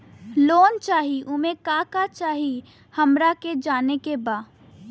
Loan चाही उमे का का चाही हमरा के जाने के बा?